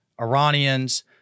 Iranians